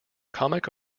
comic